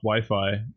Wi-Fi